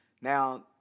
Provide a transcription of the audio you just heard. Now